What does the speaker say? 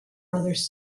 brothers